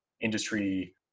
industry